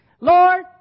Lord